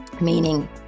Meaning